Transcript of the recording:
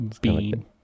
Bean